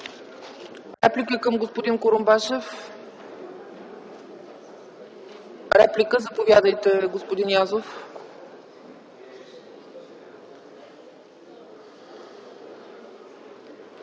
Реплики към господин Курумбашев? Заповядайте, господин Язов.